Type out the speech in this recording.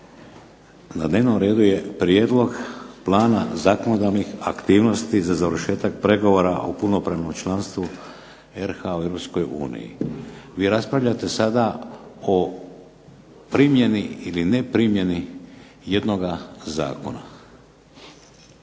na dnevnom redu je Prijedlog plana zakonodavnih aktivnosti za završetak pregovora o punopravnom članstvu RH u Europskoj uniji. Vi raspravljate sada o primjeni ili neprimjeni jednoga zakona.